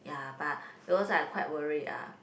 ya but because I quite worried ah